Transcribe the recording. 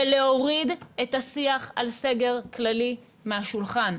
ולהוריד את השיח על סגר כללי מהשולחן,